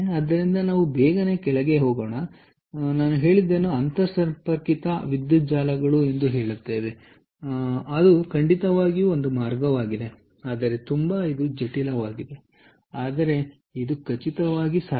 ಆದ್ದರಿಂದ ನಾವು ಬೇಗನೆ ಕೆಳಗೆ ಹೋಗೋಣ ನಾನು ಹೇಳಿದ್ದನ್ನು ಅಂತರ್ಸಂಪರ್ಕಿತ ವಿದ್ಯುತ್ ಜಾಲಗಳು ಎಂದು ಹೇಳುತ್ತೇನೆ ಅದು ಖಂಡಿತವಾಗಿಯೂ ಒಂದು ಮಾರ್ಗವಾಗಿದೆ ಆದರೆ ಇದು ತುಂಬಾ ಜಟಿಲವಾಗಿದೆ ಆದರೆ ಇದು ಖಚಿತವಾಗಿ ಸಾಧ್ಯ